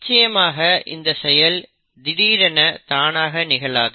நிச்சயமாக இந்த செயல் திடீரென தானாக நிகழாது